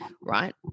right